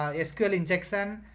ah, sql injection,